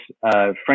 Frank